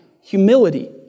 humility